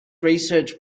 research